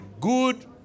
Good